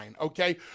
okay